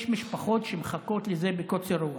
יש משפחות שמחכות לזה בקוצר רוח.